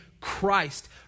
Christ